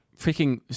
Freaking